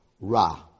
Ra